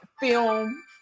film